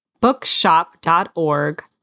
bookshop.org